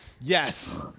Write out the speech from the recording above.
Yes